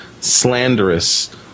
slanderous